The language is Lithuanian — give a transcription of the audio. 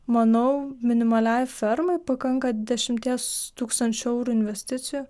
manau minimaliai fermai pakanka dešimties tūkstančių eurų investicijų